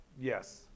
Yes